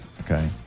Okay